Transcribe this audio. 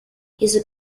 his